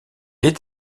est